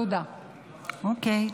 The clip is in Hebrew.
אוקיי.